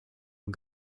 and